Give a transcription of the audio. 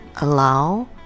allow